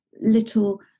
little